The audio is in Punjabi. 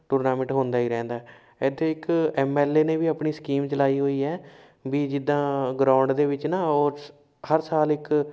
ਟੂਰਨਾਮੈਂਟ ਹੁੰਦਾ ਹੀ ਰਹਿੰਦਾ ਇੱਥੇ ਇੱਕ ਐੱਮ ਐੱਲ ਏ ਨੇ ਵੀ ਆਪਣੀ ਸਕੀਮ ਚਲਾਈ ਹੋਈ ਹੈ ਵੀ ਜਿੱਦਾਂ ਗਰਾਊਂਡ ਦੇ ਵਿੱਚ ਨਾ ਉਹ ਹਰ ਸਾਲ ਇੱਕ